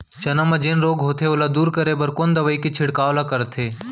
चना म जेन रोग होथे ओला दूर करे बर कोन दवई के छिड़काव ल करथे?